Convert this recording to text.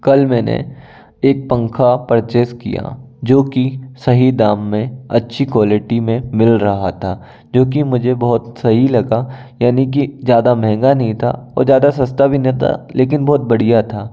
कल मैंने एक पंखा परचेस किया जो कि सही दाम में अच्छी क्वालिटी में मिल रहा था जो कि मुझे बहुत सही लगा यानि कि ज़्यादा महँगा नहीं था और ज़्यादा सस्ता भी ने ता लेकिन बहुत बढ़िया था